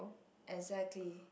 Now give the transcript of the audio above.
exactly